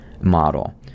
model